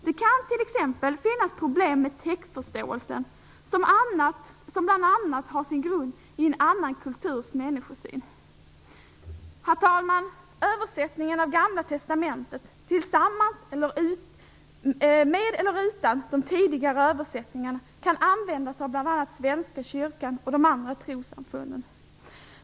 Det kan t.ex. finnas problem med textförståelsen som bl.a. har sin grund i en annan kulturs människosyn. Herr talman! Översättningen av Gamla testamentet med eller utan de tidigare översättningar kan användas av bl.a. Svenska kyrkan och de andra trossamfunden.